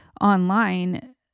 online